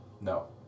No